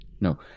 No